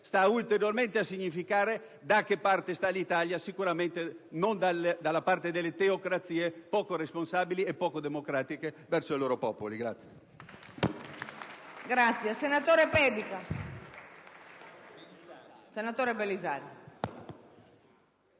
sta ulteriormente a significare da che parte sta l'Italia: sicuramente, non dalla parte delle teocrazie poco responsabili e poco democratiche verso i loro popoli.